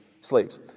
slaves